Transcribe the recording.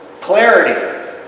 clarity